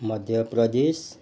Madhya Pradesh